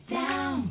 down